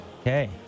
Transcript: Okay